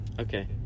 Okay